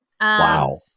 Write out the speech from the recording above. Wow